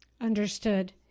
Understood